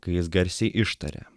kai jis garsiai ištarė